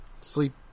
sleep